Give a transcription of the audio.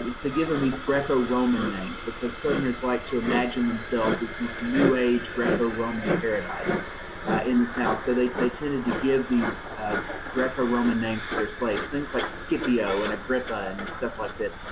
to give them these greco-roman names, because southerners liked to imagine themselves as this new age greco-roman paradise in the south, so they tended to give these greco-roman names to their slaves, things like scipio and aggripa and stuff like this.